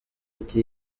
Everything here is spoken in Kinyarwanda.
ati